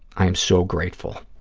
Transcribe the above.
i am so grateful.